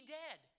dead